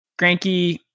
Granky